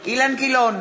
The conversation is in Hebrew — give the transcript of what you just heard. אילן גילאון,